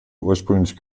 ursprünglich